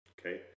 okay